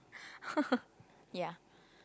yeah